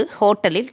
hotel